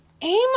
aim